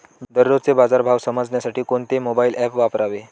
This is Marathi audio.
दररोजचे बाजार भाव समजण्यासाठी कोणते मोबाईल ॲप वापरावे?